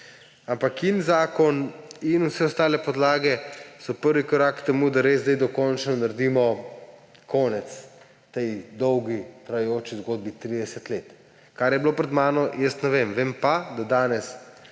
ampak in zakon in vse ostale podlage so prvi korak k temu, da res zdaj dokončno naredimo konec tej dolgo trajajoči zgodbi 30 let. Kaj je bilo pred mano, jaz ne vem. Vem pa, da je danes